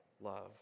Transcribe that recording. love